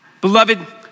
Beloved